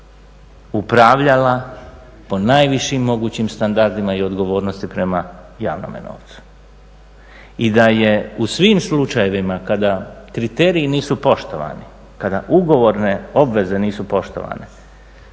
upravljala po najvišim mogućim standardima i odgovornosti prema javnome novcu. I da je u svim slučajevima kada kriteriji nisu poštovani, kada ugovorne obveze nisu poštovane,